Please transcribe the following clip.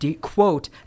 quote